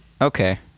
Okay